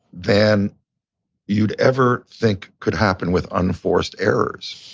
than you'd ever think could happen with unforced errors.